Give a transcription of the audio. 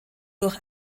durch